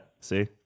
See